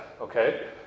okay